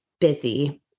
busy